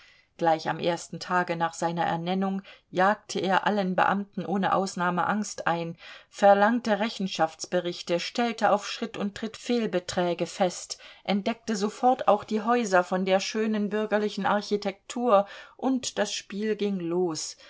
gleich am ersten tage nach seiner ernennung jagte er allen beamten ohne ausnahme angst ein verlangte rechenschaftsberichte stellte auf schritt und tritt fehlbeträge fest entdeckte sofort auch die häuser von der schönen bürgerlichen architektur und das spiel ging los